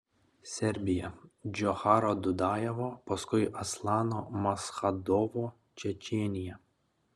serbija džocharo dudajevo paskui aslano maschadovo čečėnija